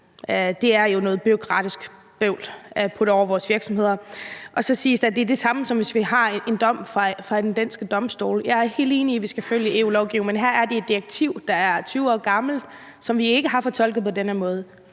Det er jo noget bureaukratisk bøvl at lægge over på vores virksomheder. Og så siges det, at det er det samme, som hvis vi har en dom fra en dansk domstol. Jeg er helt enig i, at vi skal følge EU-lovgivningen, men her er det et direktiv, der er 20 år gammelt, som vi ikke har fortolket på den her måde,